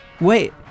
Wait